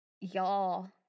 y'all